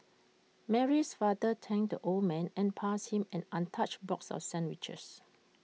Mary's father thanked the old man and passed him an untouched box of sandwiches